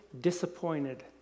disappointed